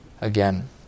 again